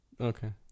Okay